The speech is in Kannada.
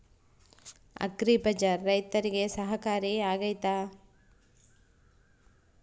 ಅಗ್ರಿ ಬಜಾರ್ ರೈತರಿಗೆ ಸಹಕಾರಿ ಆಗ್ತೈತಾ?